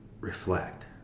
reflect